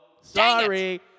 Sorry